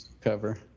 cover